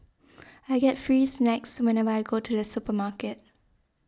I get free snacks whenever I go to the supermarket